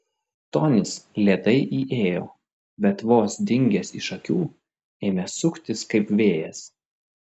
tonis lėtai įėjo bet vos dingęs iš akių ėmė suktis kaip vėjas